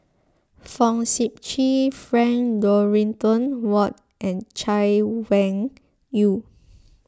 Fong Sip Chee Frank Dorrington Ward and Chay Weng Yew